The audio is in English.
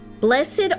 Blessed